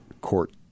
court